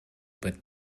but